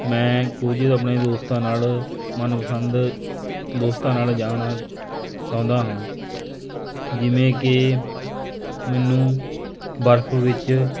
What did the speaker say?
ਮੈਂ ਕੁਝ ਆਪਣੇ ਦੋਸਤਾਂ ਨਾਲ ਮਨਪਸੰਦ ਦੋਸਤਾਂ ਨਾਲ ਜਾਣਾ ਚਾਹੁੰਦਾ ਹਾਂ ਜਿਵੇਂ ਕਿ ਮੈਨੂੰ ਬਰਫ ਵਿੱਚ